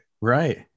right